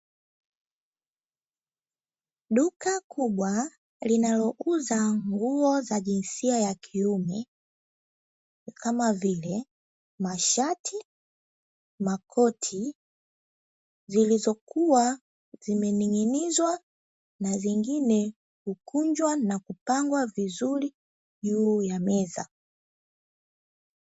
Duka kubwa linalouza nguo za jinsia ya kiume kama vile mashati, makoti, zilizokuwa zimening'inizwa, na zingine kukunjwa na kupangwa vizuri juu ya meza.